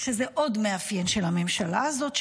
עוד מאפיין של הממשלה הזאת,